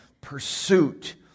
pursuit